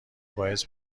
باعث